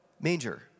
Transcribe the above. manger